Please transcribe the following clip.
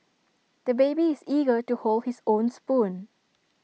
the baby is eager to hold his own spoon